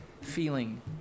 feeling